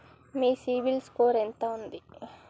మీ CIBIL score ఎంత ఉంది?